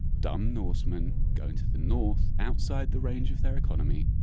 dumb norsemen go into the north outside the range of their economy,